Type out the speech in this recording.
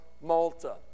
Malta